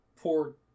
poor